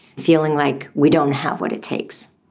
feeling like we don't have what it takes.